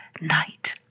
night